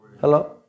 Hello